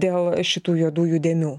dėl šitų juodųjų dėmių